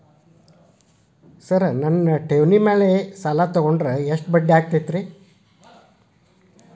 Sir ನನ್ನ ಠೇವಣಿ ಮೇಲೆ ಸಾಲ ತಗೊಂಡ್ರೆ ಎಷ್ಟು ಬಡ್ಡಿ ಆಗತೈತ್ರಿ?